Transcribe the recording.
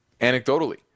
anecdotally